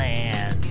Land